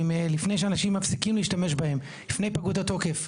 אם לפני שאנשים מפסיקים להשתמש בהם לפני פגות התוקף,